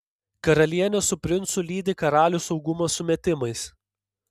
karalienė su princu lydi karalių saugumo sumetimais